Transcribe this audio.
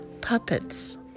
puppets